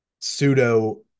pseudo